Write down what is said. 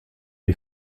les